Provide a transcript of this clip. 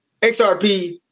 xrp